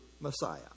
Messiah